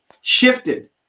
shifted